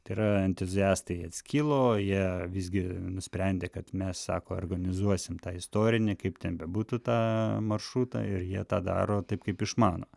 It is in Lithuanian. tai yra entuziastai atskilo jie visgi nusprendė kad mes sako organizuosim tą istorinį kaip ten bebūtų tą maršrutą ir jie tą daro taip kaip išmano